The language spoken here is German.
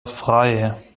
frei